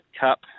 cup